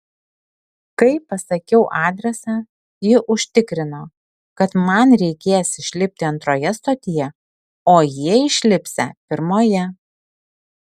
kai pasakiau adresą ji užtikrino kad man reikės išlipti antroje stotyje o jie išlipsią pirmoje